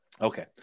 Okay